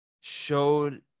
showed